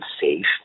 safe